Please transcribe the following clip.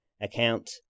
account